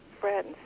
friends